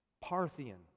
parthian